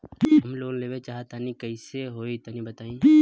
हम लोन लेवल चाहऽ तनि कइसे होई तनि बताई?